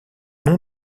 non